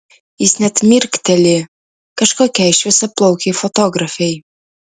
jis net mirkteli kažkokiai šviesiaplaukei fotografei